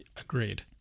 Agreed